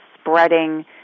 spreading